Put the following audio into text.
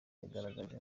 yagaragarije